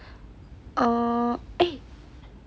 oh eh